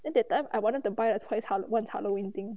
then that time I wanted to buy a toy one halloween thing